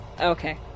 Okay